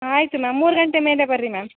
ಆಯಿತು ಮ್ಯಾಮ್ ಮೂರು ಗಂಟೆ ಮೇಲೆ ಬನ್ರಿ ಮ್ಯಾಮ್